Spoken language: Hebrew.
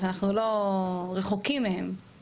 שאנחנו רחוקים מהם?